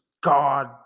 God